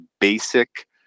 basic